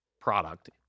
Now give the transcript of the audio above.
product